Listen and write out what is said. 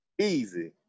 easy